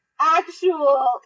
actual